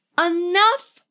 Enough